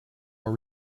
are